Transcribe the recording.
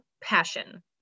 passion